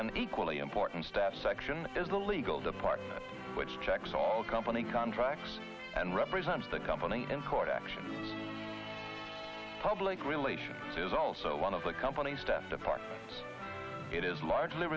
and equally important staff section is the legal department which checks all company contracts and represents the company in court action public relations is also one of the companies stepped apart it is largely